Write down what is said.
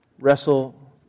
wrestle